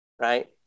right